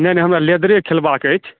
नहि नहि हमरा लेदरे खेलबाक अछि